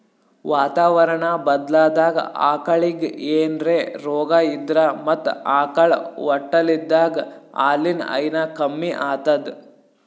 ವಾತಾವರಣಾ ಬದ್ಲಾದಾಗ್ ಆಕಳಿಗ್ ಏನ್ರೆ ರೋಗಾ ಇದ್ರ ಮತ್ತ್ ಆಕಳ್ ಹೊಟ್ಟಲಿದ್ದಾಗ ಹಾಲಿನ್ ಹೈನಾ ಕಮ್ಮಿ ಆತದ್